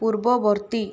ପୂର୍ବବର୍ତ୍ତୀ